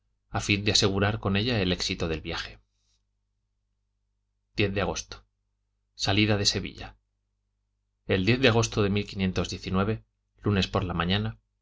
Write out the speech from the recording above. a fín de asegurar con ella el éxito del viaje i de agosto salida de sevilla el de agosto de lunes por la mañana